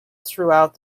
throughout